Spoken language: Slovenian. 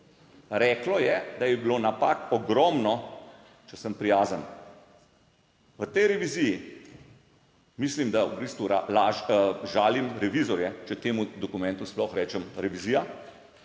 Reklo je, da je bilo napak ogromno, če sem prijazen v tej reviziji mislim, da v bistvu žalim revizorje, če temu dokumentu sploh rečem revizija.